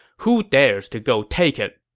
who dares to go take it?